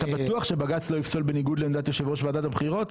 אתה בטוח שבג"צ לא יפסול בניגוד לעמדת יושב ראש ועדת הבחירות?